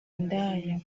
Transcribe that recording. indaya